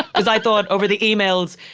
cause i thought over the emails,